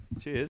Cheers